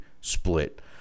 split